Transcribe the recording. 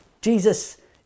Jesus